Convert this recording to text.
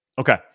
Okay